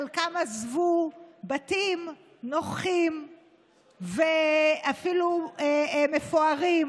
חלקם עזבו בתים נוחים ואפילו מפוארים